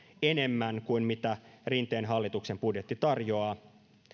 enemmän kuin mitä rinteen hallituksen budjetti tarjoaa